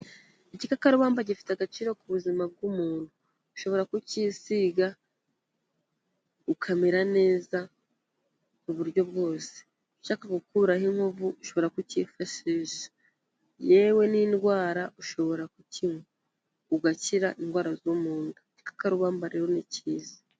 Igikakarubamba gifite agaciro ku buzima bw'umuntu, ushobora kucyisiga ukamera neza mu buryo bwose, ushaka gukuraho inkovu ushobora kucyifashisha, yewe n'indwara ushobora kukinywa ugakira indwara zo mu nda igikakarubamba rero ni cyiza.